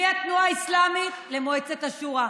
מהתנועה האסלאמית למועצת השורא,